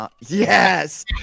yes